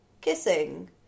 kissing